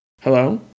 Hello